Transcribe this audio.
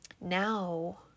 now